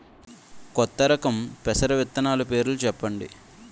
కొత్త రకం పెసర విత్తనాలు పేర్లు చెప్పండి?